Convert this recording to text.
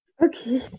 okay